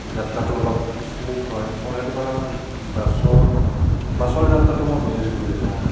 যাত্ৰাটো অলপ স্মুথ হয় মই সেইটো কাৰণে অলপ বাছত বাছৰ যাত্ৰাটো বেছ বুলি কওঁ